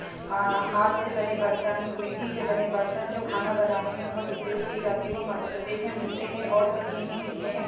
हाथ से बने बर्तन मिट्टी से बने बर्तन जो खाना बनाने में बहुत उपयोग किए जाते हैं वह मध्यप्रदेश में मिलते हैं और कहीं नहीं मिलते हैं